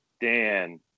Dan